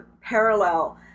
parallel